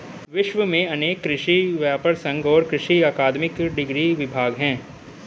विश्व में अनेक कृषि व्यापर संघ और कृषि अकादमिक डिग्री विभाग है